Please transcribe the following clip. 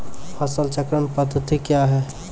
फसल चक्रण पद्धति क्या हैं?